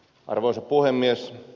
arvoisa puhemies